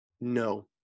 No